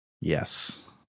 Yes